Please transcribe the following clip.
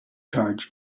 charge